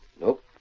Nope